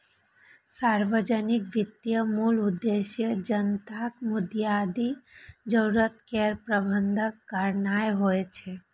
सार्वजनिक वित्तक मूल उद्देश्य जनताक बुनियादी जरूरत केर प्रबंध करनाय होइ छै